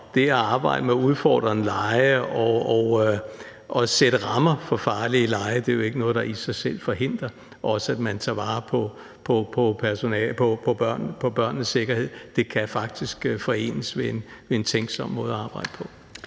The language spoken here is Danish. det at arbejde med udfordrende lege og sætte rammer for farlige lege er jo ikke noget, der i sig selv forhindrer, at man tager vare på børnenes sikkerhed, det kan faktisk forenes ved en tænksom måde at arbejde på.